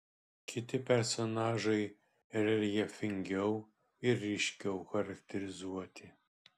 kiti personažai reljefingiau ir ryškiau charakterizuoti